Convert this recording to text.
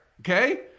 okay